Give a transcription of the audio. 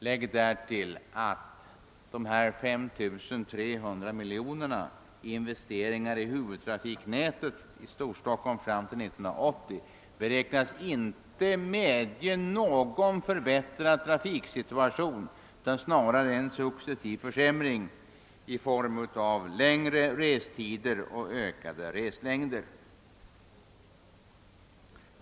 Lägg därtill att dessa 5 300 miljoner kronor i investeringar i huvudtrafiknätet i Storstockholm fram till år 1980 beräknas inte medge någon förbättrad trafiksituation, utan snarare en successiv försämring i form av längre restider och ökade reslängder.